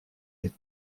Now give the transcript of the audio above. les